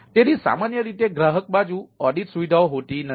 તેથી સામાન્ય રીતે ગ્રાહક બાજુ ઓડિટ સુવિધાઓ હોતી નથી